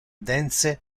dense